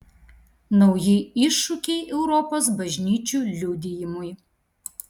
nauji iššūkiai europos bažnyčių liudijimui